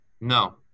no